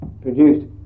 produced